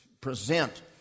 present